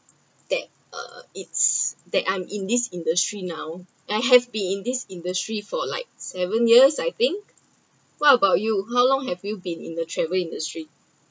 that uh it’s that I’m in this industry now I have been in this industry for like seven years I think what about you how long have you been in the travel industry